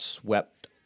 swept